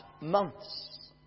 months